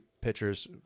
pitchers